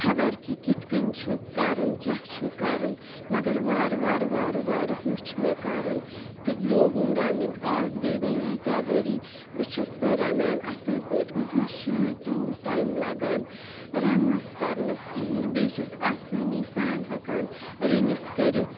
خبر کہِ کِتھ کٔنۍ چھُ کَرُن کیٛاہ چھُ کَرُن مگر وارٕ وارٕ وارٕ وارٕ ہیوٚچھ مےٚ کَرُن تہٕ لوگُم رَنُن آز گٔے وۄنۍ ییٖتیٛاہ ؤری بہٕ چھَس وۄنۍ رَنان اَصٕل پٲٹھۍ وٕنۍکٮ۪نَس چھُنہٕ مےٚ تیوٗت ٹایم لَگان رَنٛنَس کَرنَس کِہیٖنۍ بیٚیہِ چھَس آسٲنی سان ہٮ۪کان رٔنِتھ کٔرِتھ